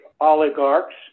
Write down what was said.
oligarchs